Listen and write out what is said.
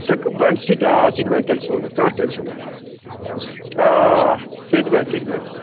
سُہ بَنہِ سُہ تہِ آ سُہ تہِ بَنہِ تیٚلہِ سورُے کانٛہہ ٹینشَن آسہِ نہٕ آ آ آ سُہ تہِ بَنہِ سُہ تہِ بَنہِ